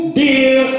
dear